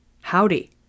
howdy